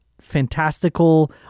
fantastical